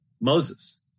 Moses